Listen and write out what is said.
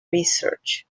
research